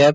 R